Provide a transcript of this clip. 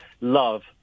love